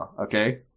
okay